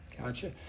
Gotcha